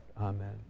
amen